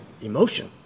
emotion